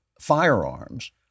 firearms